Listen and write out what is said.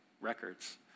records